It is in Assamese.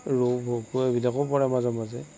ৰৌ ভকোৱা এইবিলাকো পৰে মাজে মাজে